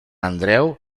andreu